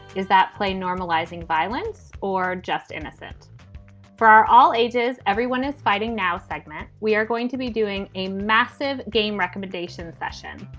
is that play normalizing violence or just innocent for our all ages? everyone is fighting now segment. we are going to be doing a massive game recommendation session.